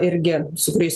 irgi su kuriais